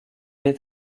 est